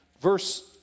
verse